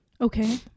Okay